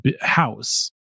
house